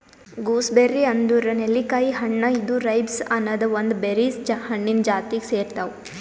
gooseberry ಅಂದುರ್ ನೆಲ್ಲಿಕಾಯಿ ಹಣ್ಣ ಇದು ರೈಬ್ಸ್ ಅನದ್ ಒಂದ್ ಬೆರೀಸ್ ಹಣ್ಣಿಂದ್ ಜಾತಿಗ್ ಸೇರ್ತಾವ್